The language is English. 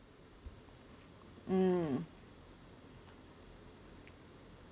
mm